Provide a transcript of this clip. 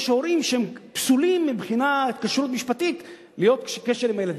יש הורים שפסולים מבחינת כשרות משפטית להיות בקשר עם הילדים.